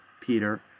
Peter